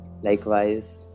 Likewise